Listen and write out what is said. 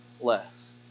less